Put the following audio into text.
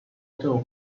政府